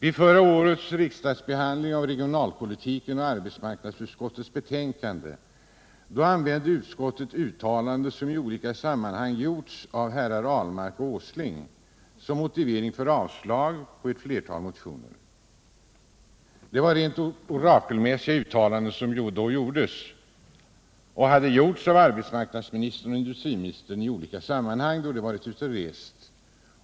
I förra årets betänkande angående regionalpolitiken använde arbetsmarknadsutskottet uttalanden som i olika sammanhang gjorts av herrar Ahlmark och Åsling som motivering för avslag på ett flertal motioner. Det var rent 2 orakelmässiga uttalanden som gjorts av arbetsmarknadsministern och industriministern i olika sammanhang då de varit ute och rest.